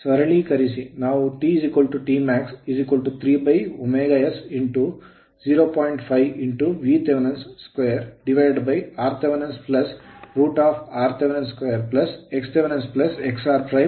ಸರಳೀಕರಿಸಿ ನಾವು T T max 3ωs 0